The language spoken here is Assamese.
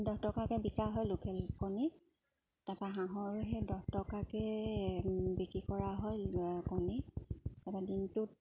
দহ টকাকৈ বিকা হয় লোকেল কণী তাপা হাঁহৰহে দহ টকাকৈ বিক্ৰী কৰা হয় কণী তাৰপা দিনটোত